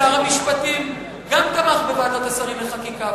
שר המשפטים גם הוא תמך בוועדת השרים לחקיקה.